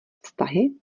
vztahy